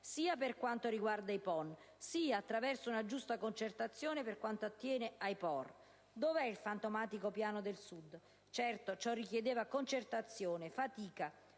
sia per quanto riguarda i PON, sia, attraverso una giusta concertazione, per quanto attiene ai POR? Dov'è il fantomatico piano per il Sud? Certo, ciò richiedeva concertazione, fatica,